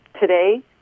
today